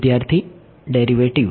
વિદ્યાર્થી ડેરિવેટિવ